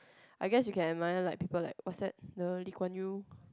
I guess you can admire like people like what's that the Lee-Kuan-Yew